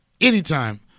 Anytime